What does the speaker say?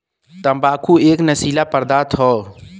तम्बाकू एक नसीला पदार्थ हौ